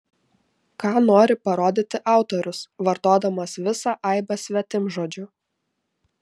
ką nori parodyti autorius vartodamas visą aibę svetimžodžių